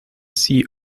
sea